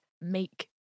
make